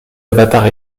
avatars